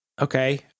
Okay